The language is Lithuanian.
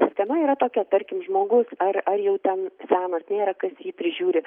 sistema yra tokia tarkim žmogus ar ar jau ten senas nėra kas jį prižiūri